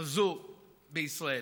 הזאת בישראל.